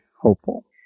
hopeful